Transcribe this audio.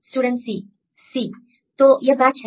student C C तो यह match है